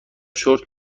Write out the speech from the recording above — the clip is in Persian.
شرت